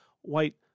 White